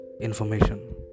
information